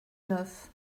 neuf